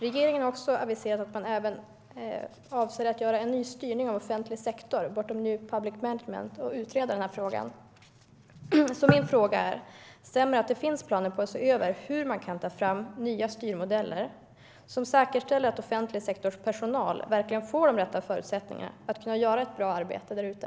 Regeringen har aviserat att den även avser att göra en ny styrning av offentlig sektor, bortom new public management, samt utreda frågan. Min fråga är: Stämmer det att det finns planer på att se över hur man kan ta fram nya styrmodeller som säkerställer att offentlig sektors personal verkligen får de rätta förutsättningarna att kunna göra ett bra arbete?